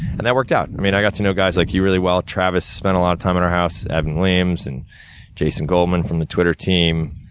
and that really worked out. i mean, i got to know guys like you really well. travis spent a lot of time at our house, evan williams and jason goldman from the twitter team,